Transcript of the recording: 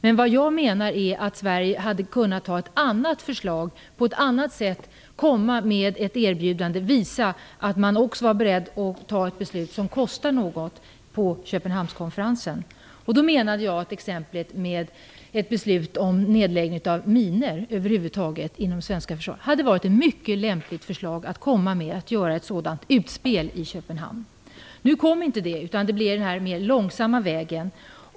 Men jag menar att Sverige hade kunnat ha ett annat förslag och på ett annat sätt hade kunnat komma med ett erbjudande och visa att man på Köpenhamnskonferensen också var beredd att ta ett beslut som kostade något. Jag avser då att ett förslag till beslut om att avstå från minor över huvud taget inom det svenska försvaret hade varit ett mycket lämpligt utspel i Köpenhamn. Nu kom inte det. I stället blev det den mera långsamma vägen.